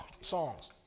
songs